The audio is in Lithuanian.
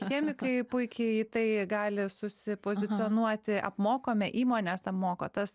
chemikai puikiai tai gali susipozicionuoti apmokami įmonėse moka tas